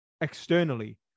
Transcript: externally